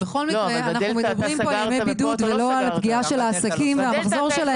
אנחנו מדברים פה על ימי בידוד ולא על הפגיעה של העסקים והמחזור שלהם.